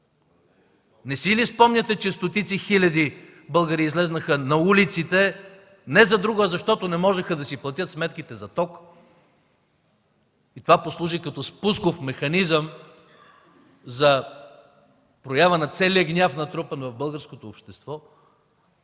Не си ли спомняте, че стотици хиляди българи излязоха на улицата не за друго, а защото не можеха да си платят сметките за ток и това послужи като спусков механизъм за проява на целия гняв, натрупан в българското общество.